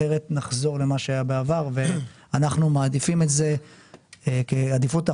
אחרת נחזור למה שהיה בעבר ואנחנו מעדיפים את זה כעדיפות אחרונה,